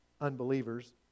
unbelievers